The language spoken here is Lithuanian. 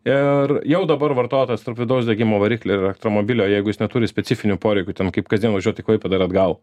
ir jau dabar vartotojas tarp vidaus degimo variklio ir elektromobilio jeigu jis neturi specifinių poreikių ten kaip kasdien važiuot į klaipėdą ir atgal